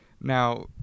Now